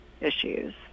issues